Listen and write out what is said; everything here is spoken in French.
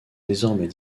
désormais